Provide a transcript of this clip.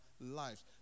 lives